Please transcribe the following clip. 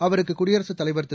அவருக்கு குடியரசுத் தலைவர் திரு